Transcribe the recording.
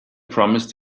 promised